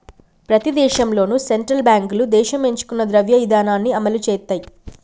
ప్రతి దేశంలోనూ సెంట్రల్ బ్యాంకులు దేశం ఎంచుకున్న ద్రవ్య ఇధానాన్ని అమలు చేత్తయ్